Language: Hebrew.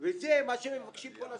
- וזה מה שמבקשים פה לעשות.